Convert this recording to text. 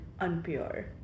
unpure